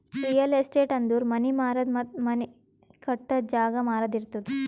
real estate ಅಂದುರ್ ಮನಿ ಮಾರದು, ಮನಿ ಕಟ್ಟದು, ಜಾಗ ಮಾರಾದು ಇರ್ತುದ್